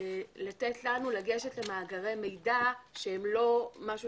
לתת לנו לגשת למאגרי מידע שהם לא משהו